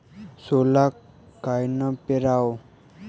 सोला कायनं पेराव?